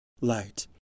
light